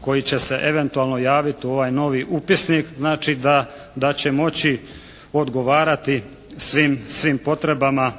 koji će se eventualno javiti u ovaj novi upisnik. Znači da, da će moći odgovarati svim potrebama